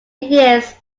years